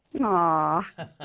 Aw